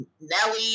Nelly